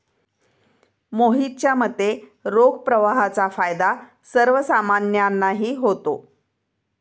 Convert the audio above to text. मोहितच्या मते, रोख प्रवाहाचा फायदा सर्वसामान्यांनाही होतो